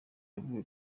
yavuze